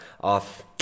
off